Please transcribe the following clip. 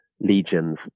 legions